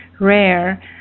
rare